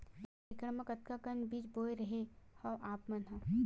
एक एकड़ म कतका अकन बीज बोए रेहे हँव आप मन ह?